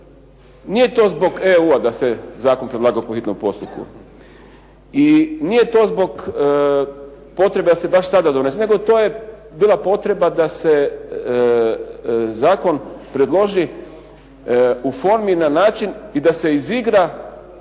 nije to zbog EU-a da se zakon predlagao po hitnom postupku. I nije to zbog potrebe da se baš sada donese, nego to je bila potreba da se zakon predloži u formi na način i da se izigra